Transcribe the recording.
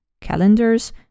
calendars